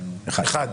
אחד.